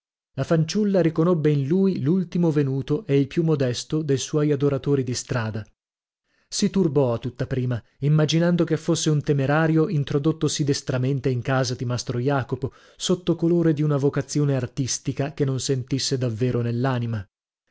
la fanciulla riconobbe in lui l'ultimo venuto e il più modesto de suoi adoratori di strada si turbò a tutta prima immaginando che fosse un temerario introdottosi destramente in casa di mastro jacopo sotto colore di una vocazione artistica che non sentisse davvero nell'anima